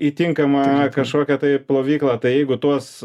į tinkamą kažkokią tai plovyklą tai jeigu tuos